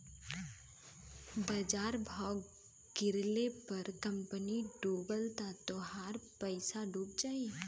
बाजार भाव गिरले पर कंपनी डूबल त तोहार पइसवो डूब जाई